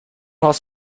hast